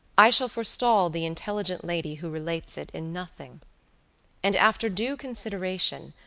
i shall forestall the intelligent lady, who relates it, in nothing and after due consideration,